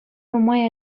нумай